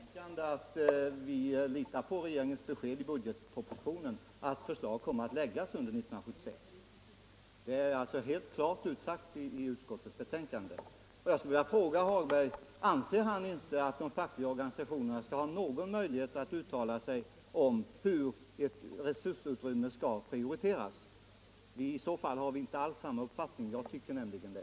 Fru talman! Det står klart utsagt i utskottets betänkande att vi litar på regeringens besked i budgetpropositionen, att förslag kommer att framläggas under 1976. Jag vill fråga om herr Hagberg i Borlänge inte tycker att de fackliga organisationerna skall ha någon möjlighet att uttala sig om hur resursutrymmet skall prioriteras. I så fall har vi inte alls samma uppfattning. Jag tycker nämligen det.